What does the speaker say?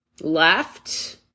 left